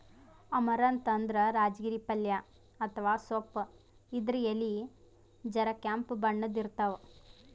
amaranth ಅಂದ್ರ ರಾಜಗಿರಿ ಪಲ್ಯ ಅಥವಾ ಸೊಪ್ಪ್ ಇದ್ರ್ ಎಲಿ ಜರ ಕೆಂಪ್ ಬಣ್ಣದ್ ಇರ್ತವ್